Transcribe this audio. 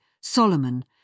Solomon